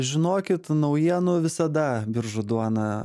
žinokit naujienų visada biržų duona